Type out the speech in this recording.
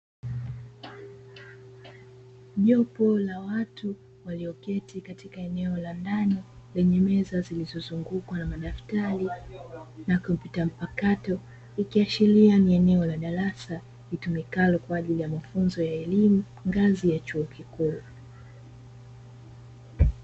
Jopo la watu walioketi katika eneo la ndani lenye meza zilizozungukwa na madaftari na kompyuta mpakato, ikiashiria ni eneo la darasa litumikalo kwa ajili ya mafunzo ya elimu ngazi ya chuo kikuu.